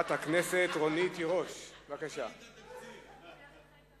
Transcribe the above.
אני דווקא רוצה להגיד לך: